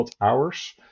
hours